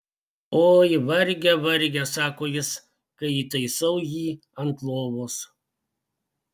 oi varge varge sako jis kai įtaisau jį ant lovos